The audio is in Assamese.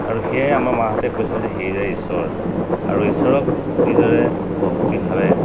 আৰু সেয়াই আমাৰ মাহঁতে কৈছিল যে সেইয়াই ঈশ্বৰ আৰু ঈশ্বৰক যিদৰে ভক্তিভাৱে